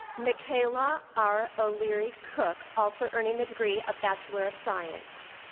mikayla r. o'leary cook, also earning the degree of bachelor of science.